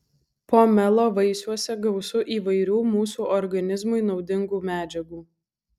pomelo vaisiuose gausu įvairių mūsų organizmui naudingų medžiagų